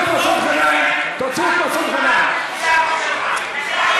יחווה את חווייתו של השחרור הלאומי שלו בדיוק כמו